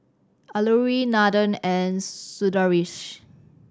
Alluri Nathan and Sundaresh